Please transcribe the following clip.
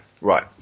right